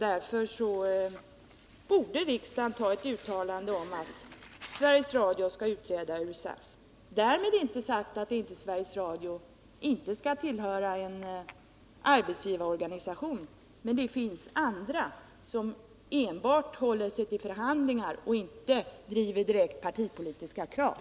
Därför borde riksdagen göra ett uttalande om att Sveriges Radio skall utträda ur SAF. Därmed inte sagt att Sveriges Radio inte skall tillhöra en arbetsgivarorganisation — men det finns andra, som enbart håller sig till förhandlingar och inte driver direkt partipolitiska krav.